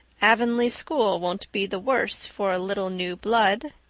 avonlea school won't be the worse for a little new blood,